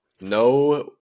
no